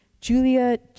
Julia